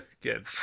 good